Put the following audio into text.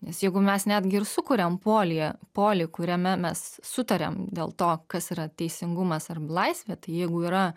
nes jeigu mes netgi ir sukuriam polyje polį kuriame mes sutariam dėl to kas yra teisingumas arba laisvė tai jeigu yra